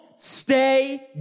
stay